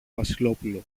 βασιλόπουλο